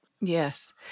Yes